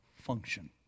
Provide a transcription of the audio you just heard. function